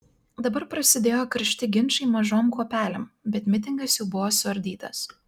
dabar prasidėjo karšti ginčai mažom kuopelėm bet mitingas jau buvo suardytas